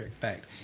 fact